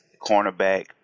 cornerback